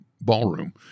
ballroom